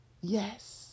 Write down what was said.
Yes